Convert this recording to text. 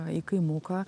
į kaimuką